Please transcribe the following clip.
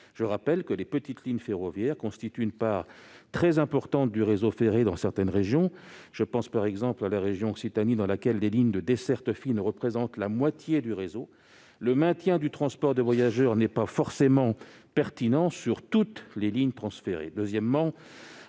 Rappelons que les petites lignes ferroviaires constituent une part très importante du réseau ferré dans certaines régions. Ainsi, en Occitanie, les dessertes fines représentent la moitié du réseau. Le maintien du transport de voyageurs n'est pas forcément pertinent sur toutes les lignes transférées.